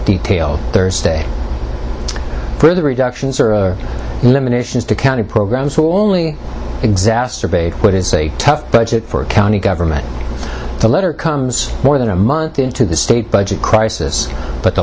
details thursday for the reductions are limitations to county programs will only exacerbate what is a tough budget for county government the letter comes more than a month into the state budget crisis but the